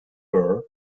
her